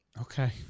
Okay